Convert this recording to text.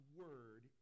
word